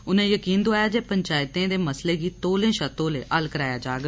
उनें यकीन दोआया जे पंचायतें दे मसलें गी तौले शा तौले हल कराया जाग